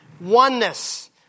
Oneness